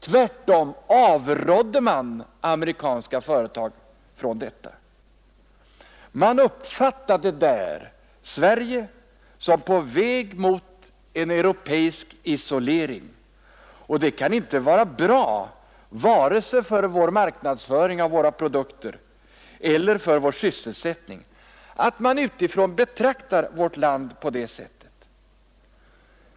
Tvärtom avrådde man amerikanska företag från detta. Man uppfattade Sverige som på väg mot en europeisk isolering, och det kan inte vara bra vare sig för vår marknadsföring av svenska produkter eller för vår sysselsättning att man betraktar vårt land på detta sätt.